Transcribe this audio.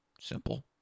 Simple